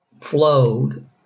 flowed